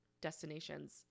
destinations